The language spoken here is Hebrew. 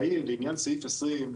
לעניין סעיף 20,